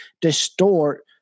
distort